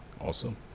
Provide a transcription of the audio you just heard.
Awesome